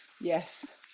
Yes